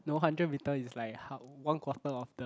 no hundred meter is like hal~ one quarter of the